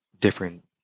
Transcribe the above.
different